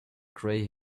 gray